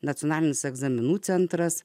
nacionalinis egzaminų centras